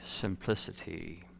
simplicity